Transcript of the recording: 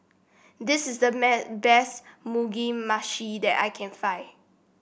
this is the best Mugi Meshi that I can find